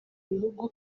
bihugu